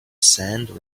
sand